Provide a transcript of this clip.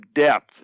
depth